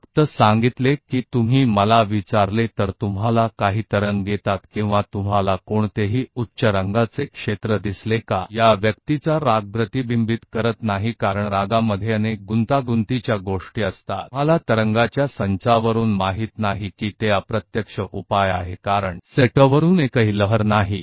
जैसा कि मैंने अभी कहा कि यदि आप मुझसे पूछते हैं कि क्या आपको कोई तरंग मिलती है या आप किसी उच्च रंग का क्षेत्र देखते हैं तो क्या इस व्यक्ति के क्रोध को दर्शाता है नहीं क्योंकि क्रोध में बहुत सारी जटिल चीजें होती हैं WAVE के एक सेट से आपको यह पता नहीं चलता है कि यह अप्रत्यक्ष उपाय है क्योंकि कोई भी एक WAVE नहीं है